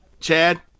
Chad